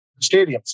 stadiums